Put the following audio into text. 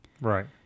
Right